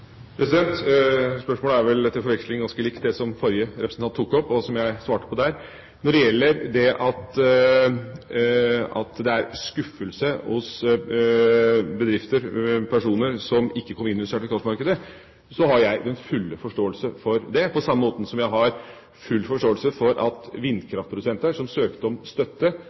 Spørsmålet er vel til forveksling ganske likt det den forrige representant tok opp, og som jeg svarte på. Når det gjelder det at det er skuffelse hos bedrifter og enkeltpersoner som ikke kom inn under sertifikatmarkedet, har jeg den fulle forståelse for det, på samme måte som jeg har full forståelse for at vindkraftprodusenter som søkte om støtte